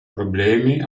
problemi